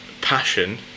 passion